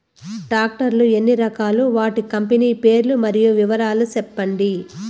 Tractor లు ఎన్ని రకాలు? వాటి కంపెని పేర్లు మరియు వివరాలు సెప్పండి?